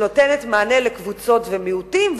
שנותנת מענה לקבוצות ולמיעוטים,